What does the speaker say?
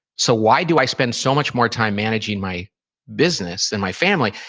so why do i spend so much more time managing my business than my family?